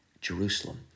Jerusalem